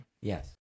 Yes